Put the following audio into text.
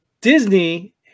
Disney